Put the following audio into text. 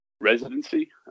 residency